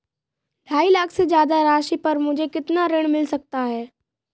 ढाई लाख से ज्यादा राशि पर मुझे कितना ऋण मिल सकता है?